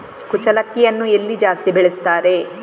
ಕುಚ್ಚಲಕ್ಕಿಯನ್ನು ಎಲ್ಲಿ ಜಾಸ್ತಿ ಬೆಳೆಸ್ತಾರೆ?